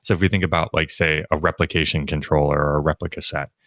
so if we think about, like say a replication controller or a replica set,